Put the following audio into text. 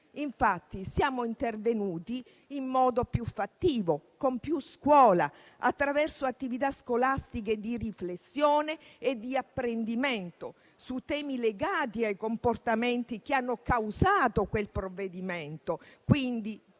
Infatti siamo intervenuti in modo più fattivo, con più scuola, attraverso attività scolastiche di riflessione e di apprendimento, su temi legati ai comportamenti che hanno causato quel provvedimento,